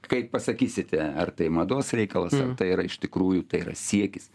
kaip pasakysite ar tai mados reikalas ar tai yra iš tikrųjų tai yra siekis